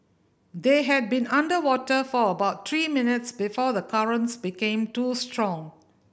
they had been underwater for about three minutes before the currents became too strong